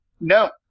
No